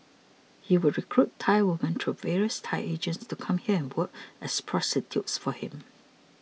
he would recruit Thai women through various Thai agents to come here and work as prostitutes for him